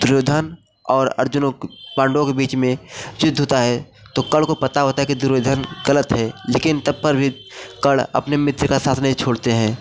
दुर्योधन और अर्जुन और पांडवों के बीच में युद्ध होता है तो कर्ण को पता होता है कि दुर्योधन गलत है लेकिन तब पर भी कर्ण अपने मित्र का साथ नहीं छोड़ते हैं